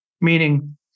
Meaning